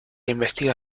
investiga